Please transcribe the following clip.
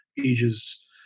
ages